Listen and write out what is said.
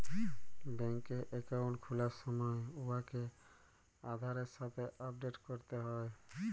ব্যাংকে একাউল্ট খুলার সময় উয়াকে আধারের সাথে আপডেট ক্যরতে হ্যয়